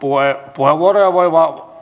puheenvuoroja voi